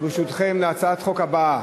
ברשותכם, להצעת החוק הבאה,